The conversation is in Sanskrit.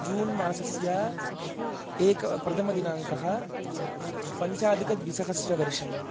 जून् मासस्य एक प्रथमदिनाङ्कः पञ्चाधिकद्विसहस्रवर्षम्